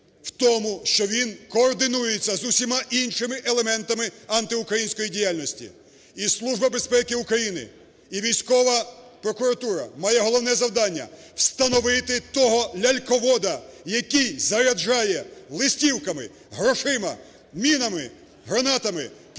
в тому, що він координується з усіма іншими елементами антиукраїнської діяльності. І Служба безпеки України, і військова прокуратура має головне завдання – встановити того ляльковода, який заряджає листівками, грошима, мінами, гранатами проти